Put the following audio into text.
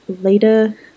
later